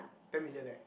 ten million leh